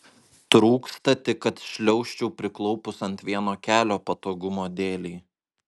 trūksta tik kad šliaužčiau priklaupus ant vieno kelio patogumo dėlei